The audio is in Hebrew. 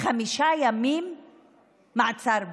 חמישה ימים מעצר בית,